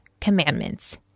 commandments